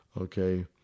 Okay